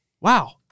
Wow